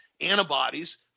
antibodies –